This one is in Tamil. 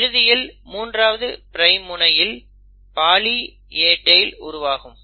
இறுதியில் 3 ஆவது பிரைம் முனையில் பாலி A டெய்ல் உருவாகும்